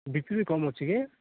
BP ବି କମ୍ ଅଛି କି